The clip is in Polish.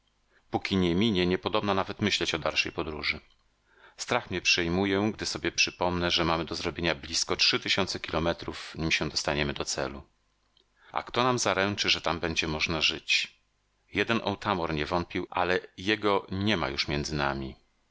póki nie minie niepodobna nawet myśleć o dalszej podróży strach mnie przejmuje gdy sobie przypomnę że mamy do zrobienia blizko trzy tysiące kilometrów nim się dostaniemy do celu a kto nam zaręczy że tam będzie można żyć jeden otamor nie wątpił ale jego nie ma już między nami